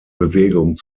bewegung